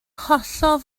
hollol